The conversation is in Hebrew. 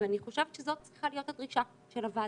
אני חושבת שזו צריכה להיות הדרישה של הוועדה,